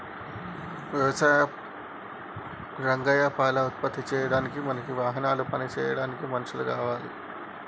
రంగయ్య పాల ఉత్పత్తి చేయడానికి మనకి వాహనాలు పని చేయడానికి మనుషులు కావాలి